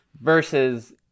Versus